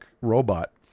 robot